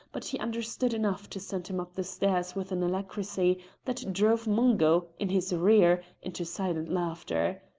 but he understood enough to send him up the stairs with an alacrity that drove mungo, in his rear, into silent laughter.